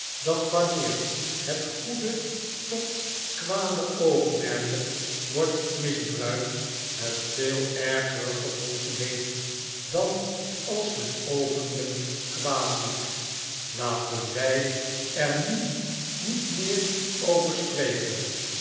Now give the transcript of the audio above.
dat wanneer het goede tot kwade oogmerken wordt misbruikt het veel ergere gevolgen heeft dan als men openlijk kwaad doet latenwijer nu niet meer over spreken